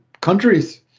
countries